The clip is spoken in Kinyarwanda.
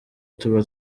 tuba